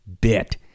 bit